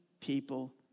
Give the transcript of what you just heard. people